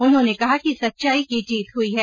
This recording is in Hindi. उन्होंने कहा कि सच्चाई की जीत हई है